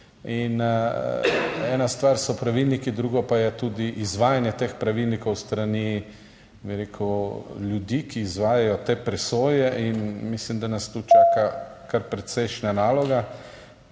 Ena stvar so pravilniki, drugo pa je tudi izvajanje teh pravilnikov s strani ljudi, ki izvajajo te presoje, in mislim, da nas tu čaka kar precejšnja naloga.